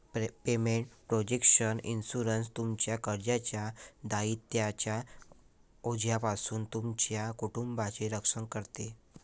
payment protection insurance, तुमच्या कर्जाच्या दायित्वांच्या ओझ्यापासून तुमच्या कुटुंबाचे रक्षण करते